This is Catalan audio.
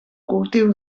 cultiu